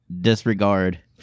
disregard